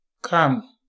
come